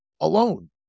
alone